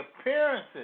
appearances